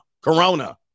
Corona